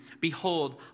Behold